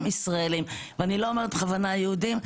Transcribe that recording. ישראלים ואני לא אומרת בכוונה יהודים,